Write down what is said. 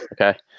okay